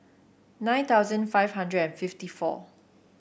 nine thousand five hundred and fifty four